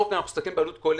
אני אתן לך, טמקין.